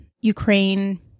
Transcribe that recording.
Ukraine